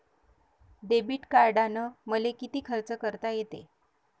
Debit कार्डानं मले किती खर्च करता येते?